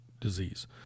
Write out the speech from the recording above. disease